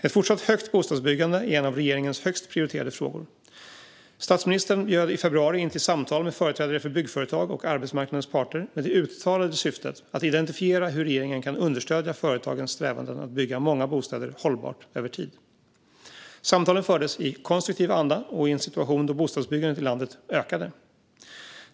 Ett fortsatt högt bostadsbyggande är en av regeringens högst prioriterade frågor. Statsministern bjöd i februari in till samtal med företrädare för byggföretag och arbetsmarknadens parter med det uttalade syftet att identifiera hur regeringen kan understödja företagens strävanden att bygga många bostäder hållbart över tid. Samtalen fördes i konstruktiv anda och i en situation då bostadsbyggandet i landet ökade.